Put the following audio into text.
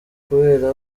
kubera